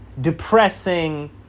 Depressing